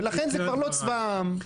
ולכן זה כבר לא צבא העם.